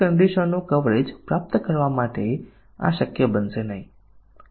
જ્યાં સુધી આપણે 100 ટકા નિવેદન કવરેજ પ્રાપ્ત નહીં કરીએ ત્યાં સુધી આપણે ફક્ત ઇનપુટ મૂલ્યો આપીશું